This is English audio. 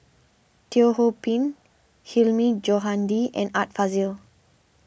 Teo Ho Pin Hilmi Johandi and Art Fazil